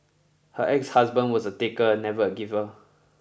her exhusband was a taker never a giver